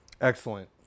Excellent